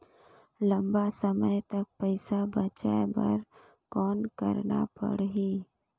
लंबा समय तक पइसा बचाये बर कौन करना पड़ही?